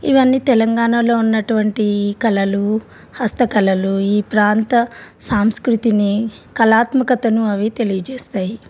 ఇవన్నీ తెలంగాణలో ఉన్నటువంటి కళలు హస్తకళలు ఈ ప్రాంత సాంస్కృతిని కళాత్మకతను అవి తెలియజేస్తాయి